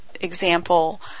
example